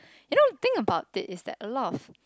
you know think about it it's like a lot of